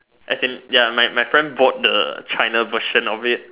as in ya my my my friend bought the China version of it